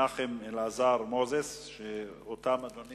עד היום נעשו הפעולות הבאות: מבצע ניקיון